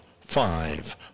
five